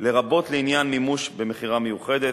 לרבות לעניין מימוש במכירה מיוחדת,